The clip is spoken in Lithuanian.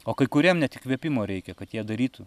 o kai kuriem net įkvėpimo reikia kad jie darytų